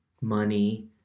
money